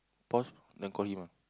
pause then him ah